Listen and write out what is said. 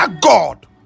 God